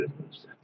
business